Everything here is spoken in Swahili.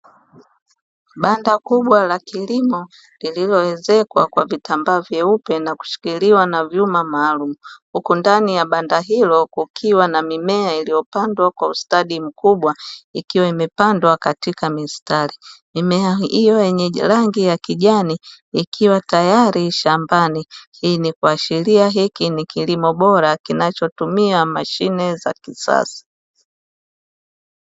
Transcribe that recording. Banda kubwa la kilimo lililoezekwa kwa vitambaa vyeupe na kushikiliwa na vyuma maalumu, huku ndani ya banda hilo kukiwa na mimea iliyopandwa kwa ustadi mkubwa; ikiwa imepandwa katika mistari. Mimea hiyo yenye rangi ya kijani ikiwa tayari shambani; hii ni kuashiria hiki ni kilimo bora kinachotumia mashine za kisasa.